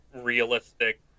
realistic